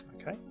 Okay